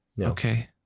Okay